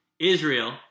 Israel